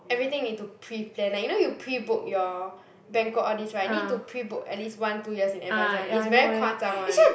everything need to pre-plan like you know you pre book your banquet all this [right] need to pre-book at least one two years in advance [one] it's very 夸张 one